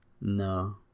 No